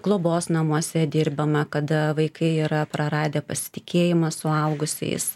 globos namuose dirbame kada vaikai yra praradę pasitikėjimą suaugusiais